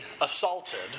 assaulted